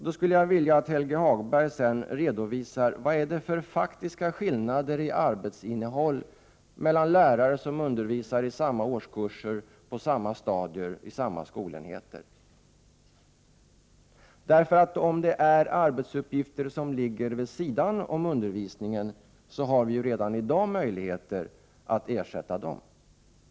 Då skulle jag vilja att Helge Hagberg redovisar vilka faktiska skillnader i arbetsinnehåll det finns mellan lärare som undervisar i samma årskurser, på samma stadier och vid samma skolenheter. Om det är arbetsuppgifter som ligger vid sidan om undervisningen finns det ju redan i dag möjligheter att ersätta dem.